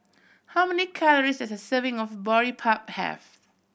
how many calories does a serving of Boribap have